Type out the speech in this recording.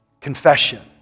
confession